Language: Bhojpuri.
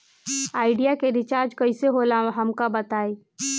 आइडिया के रिचार्ज कईसे होला हमका बताई?